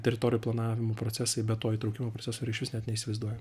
teritorijų planavimo procesai be to įtraukimo proceso yra išvis net neįsivaizduoja